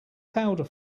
powder